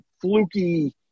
fluky